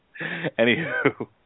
Anywho